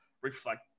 reflect